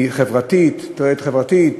תועלת חברתית,